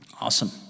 Awesome